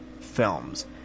films